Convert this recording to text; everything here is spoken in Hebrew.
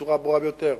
בצורה הברורה ביותר.